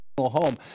home